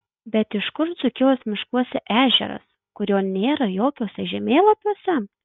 bet iš kur dzūkijos miškuose ežeras kurio nėra jokiuose žemėlapiuose